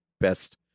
Best